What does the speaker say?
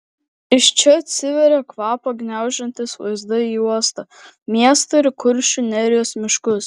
iš čia atsiveria kvapą gniaužiantys vaizdai į uostą miestą ir kuršių nerijos miškus